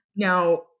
Now